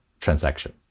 transaction